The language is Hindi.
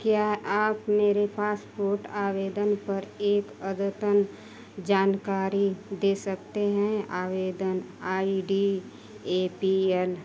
क्या आप मेरे पासपोर्ट आवेदन पर एक अदतन जानकारी दे सकते हैं आवेदन I D A P L